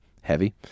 heavy